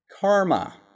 Karma